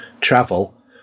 travel